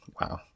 Wow